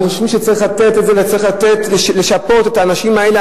אנחנו חושבים שצריך לתת את זה וצריך לשפות את האנשים האלה.